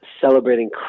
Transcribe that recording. celebrating